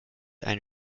eine